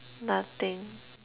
nothing